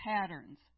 patterns